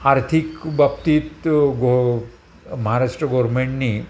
आर्थिक बाबतीत त्यो गो महाराष्ट्र गोरमेंटनी